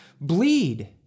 bleed